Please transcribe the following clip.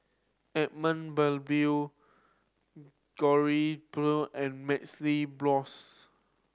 Edmund Blundell and MaxLe Blox